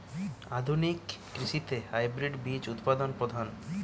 আধুনিক কৃষিতে হাইব্রিড বীজ উৎপাদন প্রধান